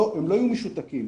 הם לא יהיו משותקים.